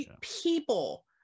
people